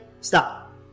stop